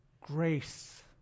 grace